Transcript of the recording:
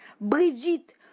Brigitte